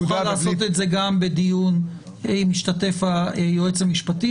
נוכל לעשות את זה גם בדיון עם היועץ המשפטי.